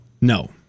No